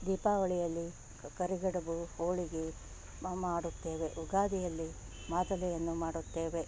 ದೀಪಾವಳಿಯಲ್ಲಿ ಕರಿಗಡುಬು ಹೋಳಿಗೆ ಮಾಡುತ್ತೇವೆ ಉಗಾದಿಯಲ್ಲಿ ಮಾದಲಿಯನ್ನು ಮಾಡುತ್ತೇವೆ